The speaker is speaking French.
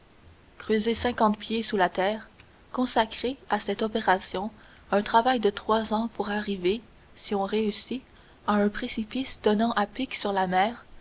creuser cinquante pieds sous la terre consacrer à cette opération un travail de trois ans pour arriver si on réussit à un précipice donnant à pic sur la mer